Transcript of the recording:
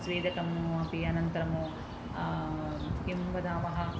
स्वेदकम् अपि अनन्तरम् किं वदामः